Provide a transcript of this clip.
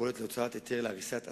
ופועלת להוצאת היתר להריסת הסככות.